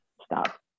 stop